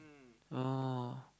oh